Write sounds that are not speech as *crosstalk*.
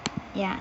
*noise* ya